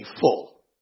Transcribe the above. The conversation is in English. full